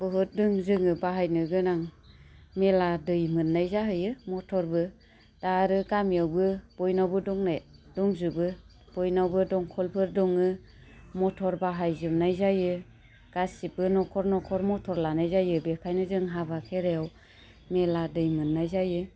बहुत दं जोङो बाहायनो गोनां मेला दै मोन्नाय जाहैयो मथरबो दा आरो गामियावबो बयनावबो दंनाय दंजोबो बयनावबो दंख'लफोर दङो मथर बाहायजोबनाय जायो गासिबो न'खर न'खर मथर लानाय जायो बेखायनो जों हाबा खेराइयाव मेला दै मोन्नाय जायो